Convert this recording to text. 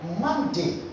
Monday